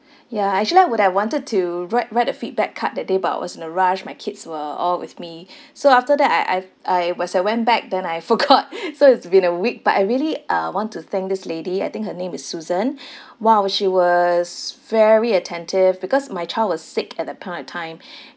ya I actually I would I wanted to write write a feedback card that day but I was in a rush my kids were all with me so after that I I I was I went back then I forgot so it's been a week but I really uh want to thank this lady I think her name is susan !wow! she was very attentive because my child was sick at that point of time